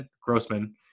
Grossman